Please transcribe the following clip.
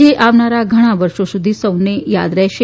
જે આવનાર ઘણા વર્ષો સુધી સૌને થાદ રહેશે